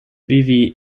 vivi